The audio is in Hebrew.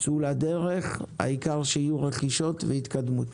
צאו לדרך, העיקר שיהיו רכישות והתקדמות.